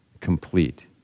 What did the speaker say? complete